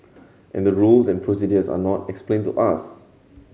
and the rules and are not explained to us